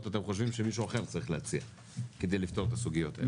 אתם חושבים שמישהו אחר צריך להציע כדי לפתור את הסוגיות האלה.